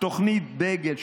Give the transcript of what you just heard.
תוכנית דגל,